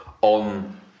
on